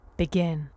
begin